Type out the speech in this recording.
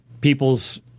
people's